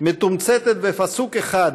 מתומצתת בפסוק אחד